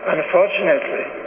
Unfortunately